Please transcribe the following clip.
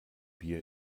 bier